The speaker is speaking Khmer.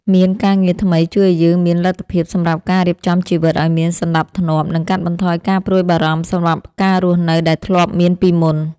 មានការងារថ្មីជួយឱ្យយើងមានលទ្ធភាពសម្រាប់ការរៀបចំជីវិតឱ្យមានសណ្ដាប់ធ្នាប់និងកាត់បន្ថយការព្រួយបារម្ភសម្រាប់ការរស់នៅដែលធ្លាប់មានពីមុន។